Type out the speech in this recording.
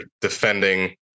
defending